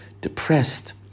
depressed